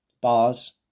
bars